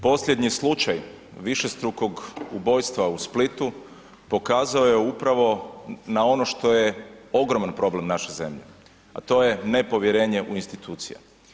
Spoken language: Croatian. Posljednji slučaj višestrukog ubojstva u Splitu pokazao je upravo na ono što je ogroman problem naše zemlje, a to je nepovjerenje u institucije.